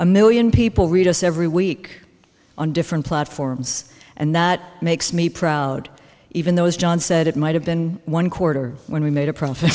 a million people read us every week on different platforms and that makes me proud even those john said it might have been one quarter when we made a profit